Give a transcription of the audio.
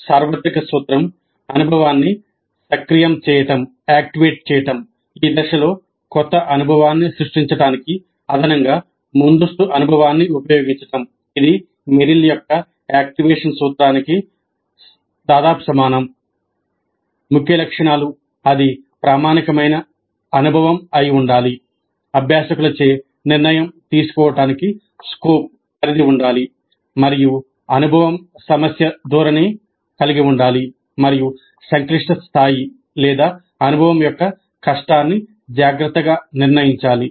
రెండవ సార్వత్రిక సూత్రం అనుభవాన్ని సక్రియం ఉండాలి మరియు అనుభవం సమస్య ధోరణిని కలిగి ఉండాలి మరియు సంక్లిష్టత స్థాయి లేదా అనుభవం యొక్క కష్టాన్ని జాగ్రత్తగా నిర్ణయించాలి